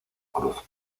cruz